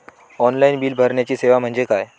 Online bill भरण्याची सेवा म्हणजे काय?